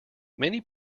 many